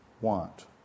want